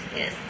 yes